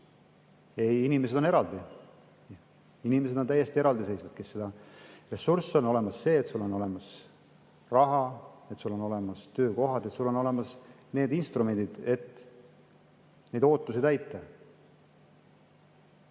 Ei, inimesed on eraldi, inimesed on täiesti eraldiseisvad. Ressurss on see, et sul on olemas raha, et sul on olemas töökohad, et sul on olemas need instrumendid, et neid ootusi täita.